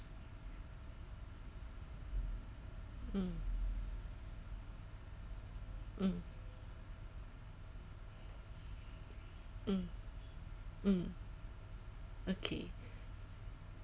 mm mm mm mm okay